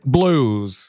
Blues